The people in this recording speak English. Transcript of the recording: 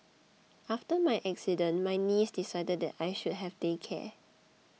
after my accident my niece decided that I should have day care